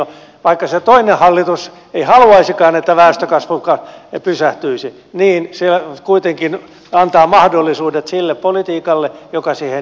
vaikka se toinen hallitus ei haluaisikaan että väestönkasvu pysähtyisi niin se kuitenkin antaa mahdollisuudet sille politiikalle joka siihen johtaa